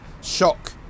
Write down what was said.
shock